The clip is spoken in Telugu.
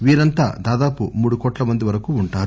వీరంతా దాదాపు మూడు కోట్ల మంది వరకు ఉంటారు